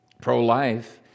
pro-life